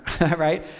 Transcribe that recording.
right